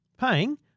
paying